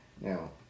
now